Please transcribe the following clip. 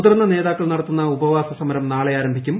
മുതിർന്ന നേതാക്കൾ നടത്തുന്ന ഉപവാസ സമരം നാളെ ആരംഭിക്കും